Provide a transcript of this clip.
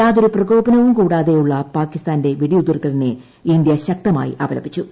യാതൊരു പ്രകോപനവും കൂടാതെയുളള പാക്കിസ്ഥാന്റെ വെടിഉതിർക്കലിനെ ഇന്ത്യ ശക്തമായി അപലപിച്ചു